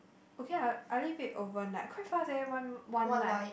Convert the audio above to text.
okay lah I leave it overnight quite fast leh one one night